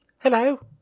Hello